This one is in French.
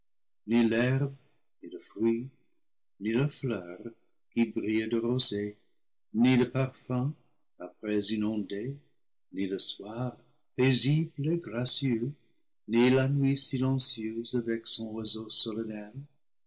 l'herbe ni le fruit ni la fleur qui brille de rosée ni le parfum après une ondée ni le soir pai sible et gracieux ni la nuit silencieuse avec son oiseau solen